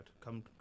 Come